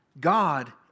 God